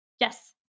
Yes